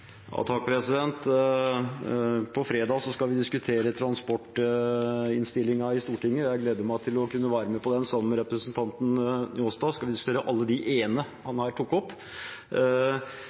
På fredag skal vi diskutere transportinnstillingen i Stortinget. Jeg gleder meg til å kunne være med på den sammen med representanten Njåstad. Da skal vi diskutere alle de E-ene han her tok opp.